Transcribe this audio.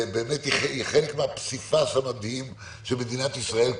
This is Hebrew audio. והיא חלק מהפסיפס המדהים של מדינת ישראל כולה,